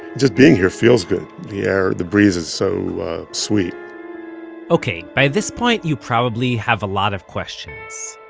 just being here feels good. the air, the breeze is so sweet ok, by this point, you probably have a lot of questions.